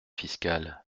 fiscale